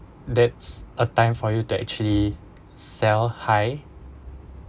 that's a time for you to actually sell high